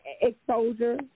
Exposure